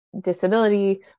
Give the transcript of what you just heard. disability